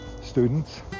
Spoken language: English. students